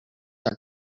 are